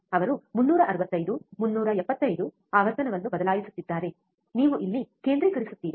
ಅವರು 365 375 ಅನ್ನು ಅವರು ಏನಾಗುತ್ತದೆ ಎಂದು ನೀವು ಇಲ್ಲಿ ಕೇಂದ್ರೀಕರಿಸುತ್ತೀರಿ